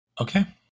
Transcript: Okay